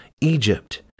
Egypt